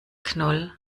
knoll